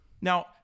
Now